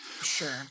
Sure